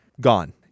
Gone